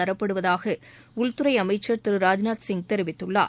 தரப்படுவதாக உள்துறை அமைச்சர் திரு ராஜ்நாத் சிங் தெரிவித்துள்ளார்